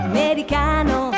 Americano